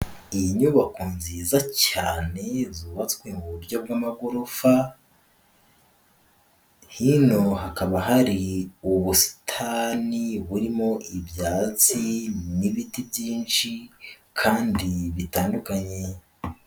Iyi nyubako nziza cyane iyo zubatswe mu buryo bw'amagorofa, hino hakaba hari ubusitani burimo ibyatsi n'ibiti byinshi kandi bitandukanye.